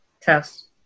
test